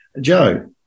Joe